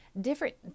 different